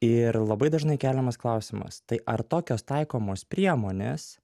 ir labai dažnai keliamas klausimas tai ar tokios taikomos priemonės